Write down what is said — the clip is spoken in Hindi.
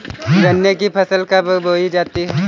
गन्ने की फसल कब बोई जाती है?